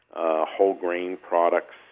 ah whole grain products,